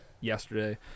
Yesterday